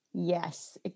Yes